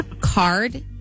card